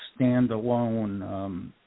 standalone